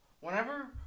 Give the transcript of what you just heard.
Whenever